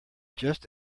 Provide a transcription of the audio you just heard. just